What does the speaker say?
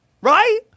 Right